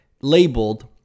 labeled